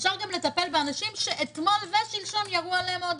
אפשר גם לטפל באנשים שאתמול ושלשום ירו עליהם שוב